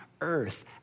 earth